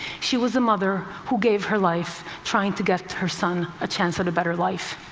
she was a mother who gave her life trying to get her son a chance at a better life.